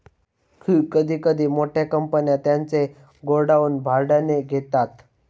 कधी कधी मोठ्या कंपन्या त्यांचे गोडाऊन भाड्याने घेतात